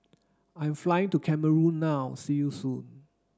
I'm flying to Cameroon now See you soon